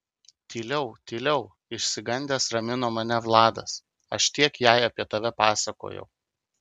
tyliau tyliau išsigandęs ramino mane vladas aš tiek jai apie tave pasakojau